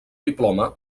diploma